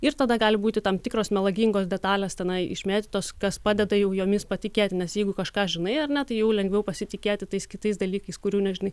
ir tada gali būti tam tikros melagingos detalės tenai išmėtytos kas padeda jau jomis patikėti nes jeigu kažką žinai ar ne tai jau lengviau pasitikėti tais kitais dalykais kurių nežinai